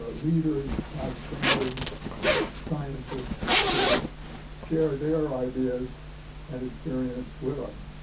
ah leaders outstanding scientists to share their ideas and experience with us.